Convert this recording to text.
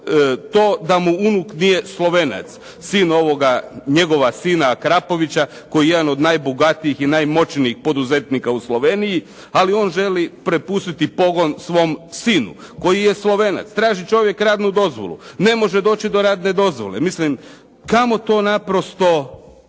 to da mu unuk nije Slovenac, sin njegova sina Krapovića koji je jedan od najbogatijih i najmoćnijih poduzetnika u Slovenija ali on želi prepustiti pogon svom sinu koji je Slovenac. Traži čovjek radnu dozvolu, ne može doći do radne dozvole. Mislim, kamo to naprosto